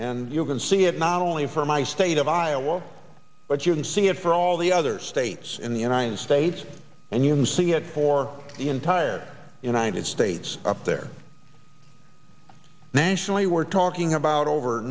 and you can see it not only for my state of iowa but you can see it for all the other states in the united states and using it for the entire united states up there nationally we're talking about over